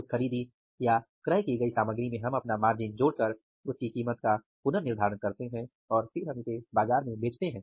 उस खरीदी या क्रय की गई सामग्री में हम अपना मार्जिन जोड़कर उसकी कीमत का पुनर्निर्धारण करते हैं और फिर हम इसे बाजार में बेचते हैं